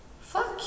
fuck